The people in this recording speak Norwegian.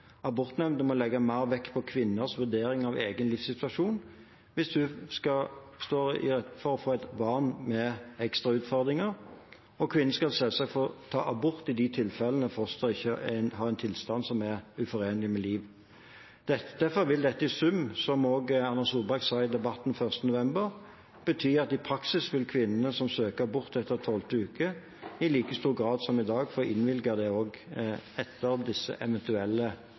må legge mer vekt på kvinners vurdering av egen livssituasjon hvis de får ansvar for et barn med ekstra utfordringer, og kvinner skal selvsagt få ta abort i de tilfellene fosteret har en tilstand som er uforenlig med liv. Derfor vil dette i sum, slik som også Erna Solberg sa i Debatten 1. november, bety at i praksis vil kvinnene som søker abort etter tolvte uke, i like stor grad som i dag få innvilget det også etter disse eventuelle